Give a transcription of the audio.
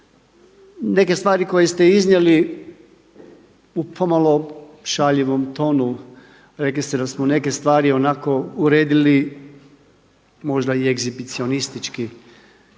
neke stvari koje ste iznijeli u pomalo šaljivom tonu. Rekli ste da smo neke stvari onako uredili možda i egzibicionistički.